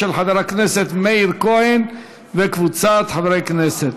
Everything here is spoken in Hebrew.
של חבר הכנסת מאיר כהן וקבוצת חברי כנסת.